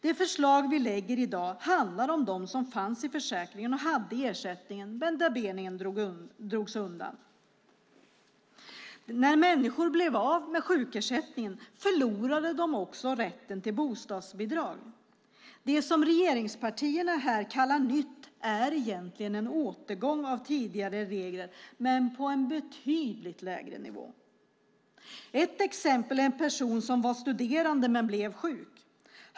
Det förslag vi lägger fram i dag handlar om dem som fanns i försäkringen och hade ersättning men för vilka benen slogs undan. När människor blev av med sjukersättningen förlorade de också rätten till bostadsbidrag. Det som regeringspartierna här kallar nytt är egentligen en återgång till tidigare regler men på en betydligt lägre nivå. Ett exempel är en person som var studerande men blev sjuk.